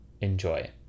enjoy